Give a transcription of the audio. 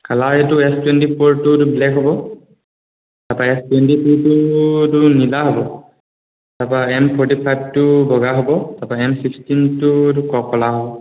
colour এইটো S twenty ফ'ৰটোত black হ'ব তাৰ পৰা এছ টুৱেণ্টি থ্ৰীটো এইটো নীলা হ'ব তাৰ পৰা এম ফৰ্টি ফাইভটো বগা হ'ব তাৰ পৰা এম ছিক্সটিনটো ক'লা হ'ব